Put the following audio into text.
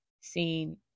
seen